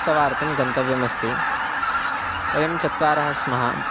उत्सवार्थं गन्तव्यमस्ति वयं चत्वारः स्मः